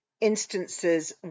instances